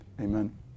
Amen